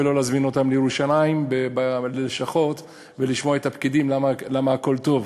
ולא להזמין אותם לירושלים ללשכות ולשמוע את הפקידים למה הכול טוב.